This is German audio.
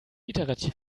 iterativ